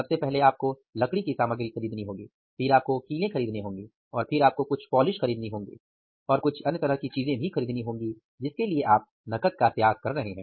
सबसे पहले आपको लकड़ी की सामग्री खरीदनी होगी फिर आपको कीलें खरीदनी होंगी फिर आपको कुछ पॉलिश खरीदनी होंगी और कुछ अन्य तरह की चीजें भी खरीदनी होंगी जिसके लिए आप नकद का त्याग कर रहे हैं